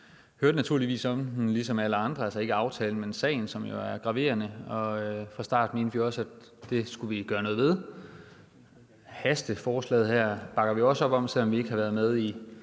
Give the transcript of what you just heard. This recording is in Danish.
Vi hørte naturligvis ligesom alle andre om sagen, som jo er graverende. Fra starten mente vi også, at det skulle vi gøre noget ved. Hasteforslaget her bakker vi også op om, selv om vi ikke har været med i